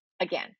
again